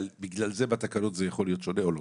ובגלל זה בתקנות זה יכול להיות שונה או לא?